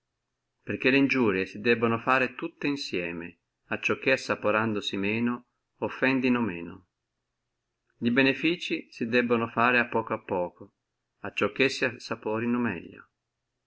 perché le iniurie si debbono fare tutte insieme acciò che assaporandosi meno offendino meno e benefizii si debbono fare a poco a poco acciò che si assaporino meglio